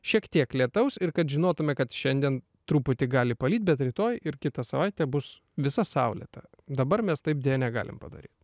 šiek tiek lietaus ir kad žinotume kad šiandien truputį gali palyt bet rytoj ir kita savaitė bus visa saulėta dabar mes taip deja negalim padaryt